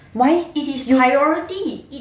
why